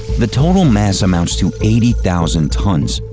the total mass amounts to eighty thousand tons,